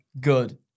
good